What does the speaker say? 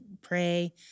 pray